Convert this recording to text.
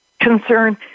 concern